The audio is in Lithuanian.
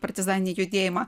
partizaninį judėjimą